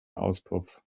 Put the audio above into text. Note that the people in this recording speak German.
auspuff